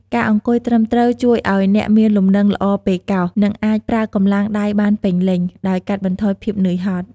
ការអង្គុយត្រឹមត្រូវជួយឱ្យអ្នកមានលំនឹងល្អពេលកោស និងអាចប្រើកម្លាំងដៃបានពេញលេញ ដោយកាត់បន្ថយភាពនឿយហត់។